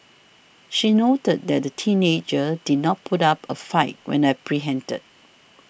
she noted that the teenager did not put up a fight when apprehended